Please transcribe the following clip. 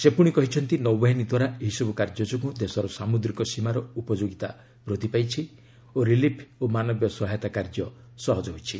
ସେ ପୁଣି କହିଛନ୍ତି ନୌବାହିନୀ ଦ୍ୱାରା ଏହିସବୁ କାର୍ଯ୍ୟ ଯୋଗୁଁ ଦେଶର ସାମୁଦ୍ରିକ ସୀମାର ଉପଯୋଗୀତା ବୃଦ୍ଧି ପାଇଛି ଓ ରିଲିଫ୍ ଓ ମାନବୀୟ ସହାୟତା କାର୍ଯ୍ୟ ସହଜ ହୋଇଛି